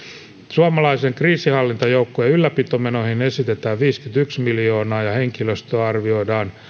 suomalaisten kriisinhallintajoukkojen ylläpitomenoihin esitetään viittäkymmentäyhtä miljoonaa ja henkilöstöä arvioidaan